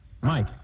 Mike